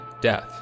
death